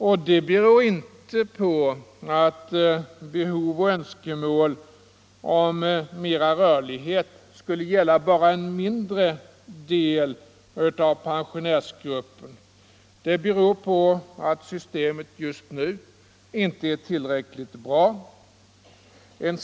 Och der beror Onsdagen den inte på att behov och önskemål om större rörlighet skulle gälla bara 4 december 1974 en mindre del av pensionärsgruppen. Det beror på att systemet just nu inte är tillräckligt bra.